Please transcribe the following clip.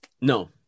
No